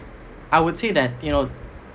I would say that you know